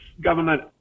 government